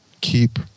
keep